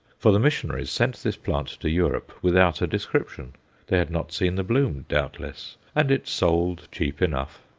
for the missionaries sent this plant to europe without a description they had not seen the bloom, doubtless and it sold cheap enough.